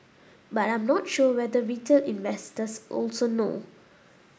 but I'm not sure whether retail investors also know